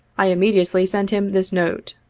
i immediately sent him this note